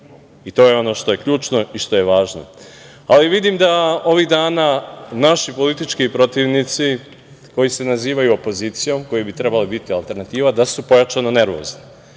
To je ono što je ključno i što je važno. Ali, vidim da ovih dana naši politički protivnici koji se nazivaju opozicijom, koji bi trebali biti alternativa da su pojačano nervozni.